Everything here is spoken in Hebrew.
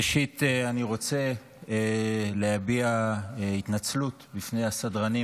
ראשית אני רוצה להביע התנצלות בפני הסדרנים